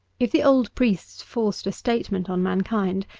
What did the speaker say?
if the old priests forced a statement on man kind,